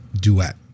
duet